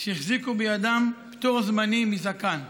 שהחזיקו בידם פטור זמני מזקן.